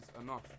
enough